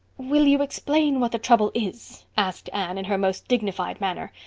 will you explain what the trouble is? asked anne, in her most dignified manner.